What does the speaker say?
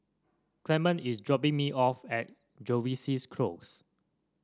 Clement is dropping me off at Jervois's Close